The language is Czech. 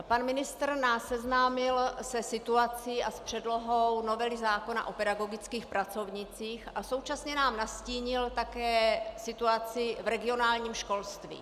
Pan ministr nás seznámil se situací a s předlohou novely zákona o pedagogických pracovnících a současně nám nastínil také situaci v regionálním školství.